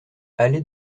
allée